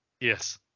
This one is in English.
Yes